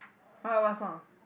what what what song